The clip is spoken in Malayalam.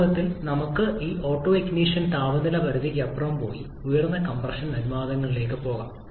വാസ്തവത്തിൽ നമുക്ക് ഈ ഓട്ടൊണിഷൻ താപനില പരിധിക്കപ്പുറം പോയി ഉയർന്ന കംപ്രഷൻ അനുപാതങ്ങളിലേക്ക് പോകാം